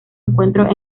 encuentros